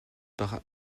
par